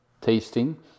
tasting